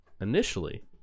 initially